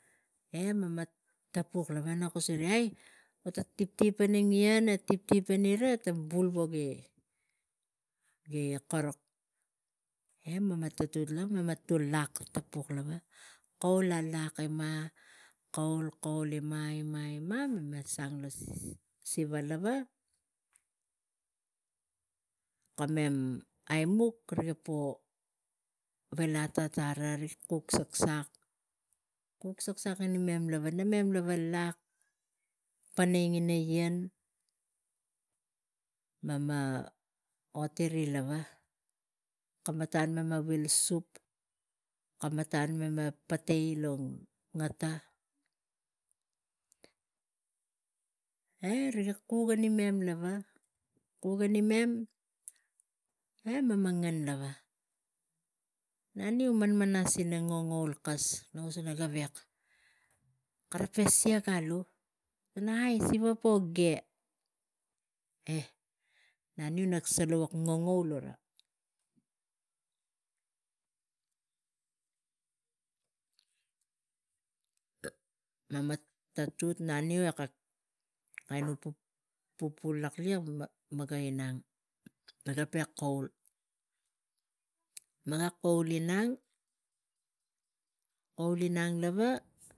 E mema tapuk lava e vo tang tiptip ina ien e tiptip enira etang bul gi- gi korok e mema tatuk lava tul lak lava kaul alak, kaul, kaul ima, ima e sang lo siva lava ko mem puk riga mo vila tang ata tara, kuk saksak, kuk saksak eni mem ngan mem lava lak poana ina ien. Mema oti ri lava kamatan mem vili kamatan mem katei e kamatan lo ata e rig kug eni mem e mema ngan lava. Naniu man manas ina ngoul kas naga kus pana gavek karo pe siak alu e nai siva ga pu ge e ngoul ura meme tatut naniu nale lavuk. Ngongoul ura mema tatut naniu e kak pupu lak itok mega inang gavek ka kaul, mega kaul inang, kaul inang lava.